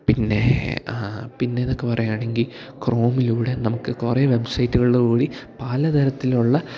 പിന്നെ പിന്നേന്നൊക്കെ പറയാണെങ്കിൽ ക്രോമിലൂടെ നമുക്ക് കുറെ വെബ്സൈറ്റുകളിലൂടെ ഈ പല തരത്തിലുള്ള